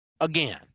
again